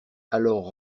alors